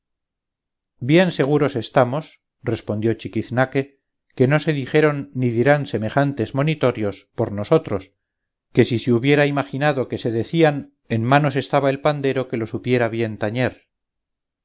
bien seguros estamos respondió chiquiznaque que no se dijeron ni dirán semejantes monitorios por nosotros que si se hubiera imaginado que se decían en manos estaba el pandero que lo supiera bien tañer